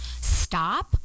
Stop